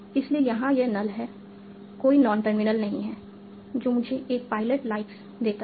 इसलिए यहां यह null है कोई नॉन टर्मिनल नहीं है जो मुझे ए पायलट लाइक्स देता है